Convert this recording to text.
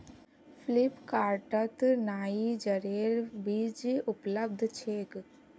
फ्लिपकार्टत नाइजरेर बीज उपलब्ध छेक